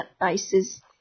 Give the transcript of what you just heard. bases